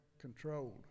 controlled